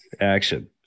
action